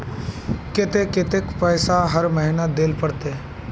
केते कतेक पैसा हर महीना देल पड़ते?